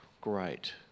Great